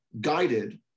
guided